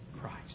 Christ